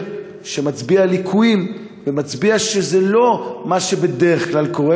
שמצביע על ליקויים ומצביע שזה לא מה שבדרך כלל קורה,